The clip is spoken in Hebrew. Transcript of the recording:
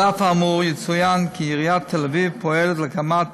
על אף האמור, יצוין כי עיריית תל-אביב פועלת להקמת